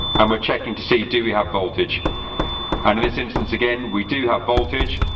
um we're checking to see do we have voltage and in this instance again we do have voltage,